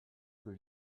que